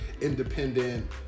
independent